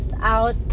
out